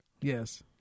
Yes